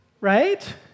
Right